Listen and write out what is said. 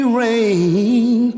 rain